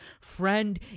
friend